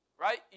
Right